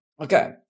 Okay